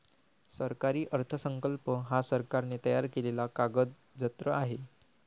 सरकारी अर्थसंकल्प हा सरकारने तयार केलेला कागदजत्र आहे